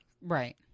Right